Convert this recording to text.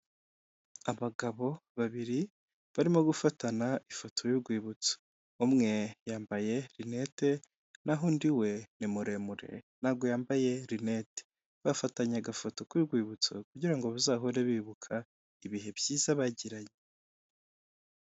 Abagabo babiri barimo gufatana ifoto y'urwibutso. Umwe yambaye rinete, naho undi we ni muremure ntabwo yambaye rinete. Bafatanye agafoto k'urwibutso kugira ngo bazahore bibuka ibihe byiza bagiranye.